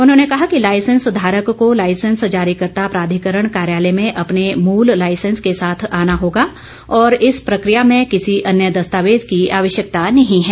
उन्होंने कहा कि लाइसेंस धारक को लाइसेंस जारीकर्ता प्राधिकरण कार्यालय में अपने मूल लाइसेंस के साथ आना होगा और इस प्रक्रिया में किसी अन्य दस्तावेज् की आवश्यकता नहीं है